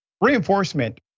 Reinforcement